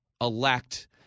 elect